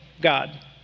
God